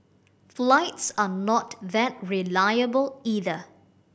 flights are not that reliable either